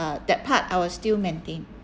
uh that part I will still maintain